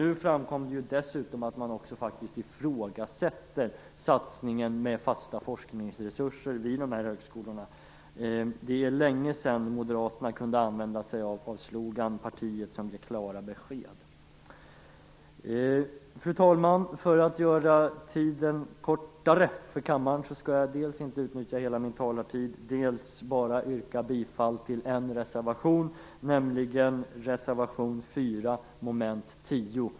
Nu framkom dessutom att man faktiskt ifrågasätter satsningen med fasta forskningsresurser vid de här högskolorna. Det är länge sedan Moderaterna kunde använda sig av slogan Partiet som ger klara besked. Fru talman! För att spara kammarens tid skall jag inte utnyttja hela min talartid och yrka bifall till bara en reservation, nämligen reservation 4 mom. 10.